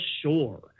sure